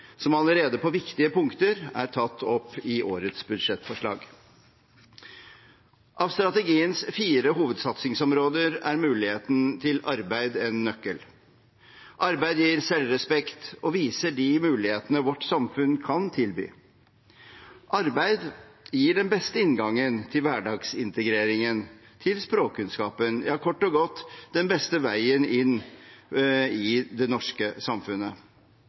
som allerede på viktige punkter er tatt opp i årets budsjettforslag. Av strategiens fire hovedsatsingsområder er muligheten til arbeid en nøkkel. Arbeid gir selvrespekt og viser de mulighetene vårt samfunn kan tilby. Arbeid gir den beste inngangen til hverdagsintegreringen, til språkkunnskapen – ja, kort og godt den beste veien inn i det norske samfunnet.